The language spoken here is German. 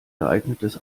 geeignetes